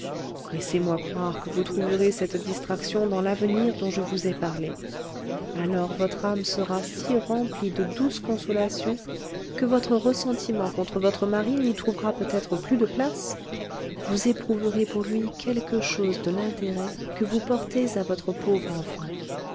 laissez-moi croire que vous trouverez cette distraction dans l'avenir dont je vous ai parlé alors votre âme sera si remplie de douces consolations que votre ressentiment contre votre mari n'y trouvera peut-être plus de place vous éprouverez pour lui quelque chose de l'intérêt que vous portez à votre pauvre enfant